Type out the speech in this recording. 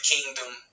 Kingdom